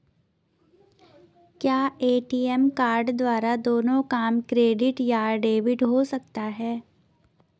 क्या ATM card द्वारा दोनों काम क्रेडिट या डेबिट हो सकता है?